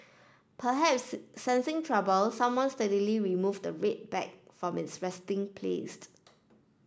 perhaps sensing trouble someone stealthily remove the red bag from its resting place